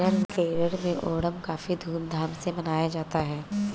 केरल में ओणम काफी धूम धाम से मनाया जाता है